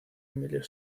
emilio